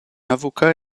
avocat